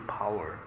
power